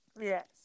Yes